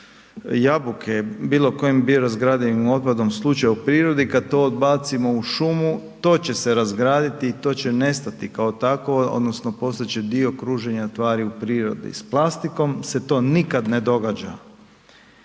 jabuke, bilo kojim biorazgradivim otpadom slučaj u prirodi kada to odbacimo u šumu to će se razgraditi i to će nestati kao takvo odnosno postat će dio kruženja tvari u prirodi. S plastikom se to nikad ne događa